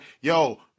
Yo